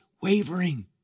wavering